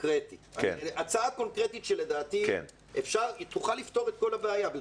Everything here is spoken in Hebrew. הצעה קונקרטית שלדעתי תוכל לפתור את כל הבעיה.